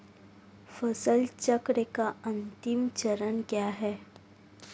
फसल चक्र का अंतिम चरण क्या है?